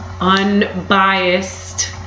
unbiased